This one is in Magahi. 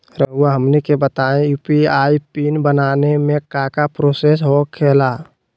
रहुआ हमनी के बताएं यू.पी.आई पिन बनाने में काका प्रोसेस हो खेला?